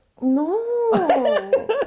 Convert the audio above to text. No